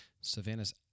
Savannah's